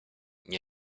nie